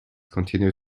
continue